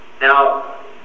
Now